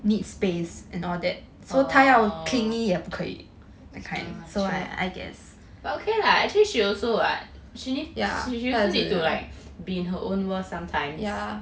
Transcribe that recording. oh true but okay lah actually she also [what] she she also need to like be in her own world sometimes